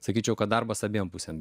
sakyčiau kad darbas abiem pusėms